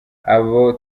abo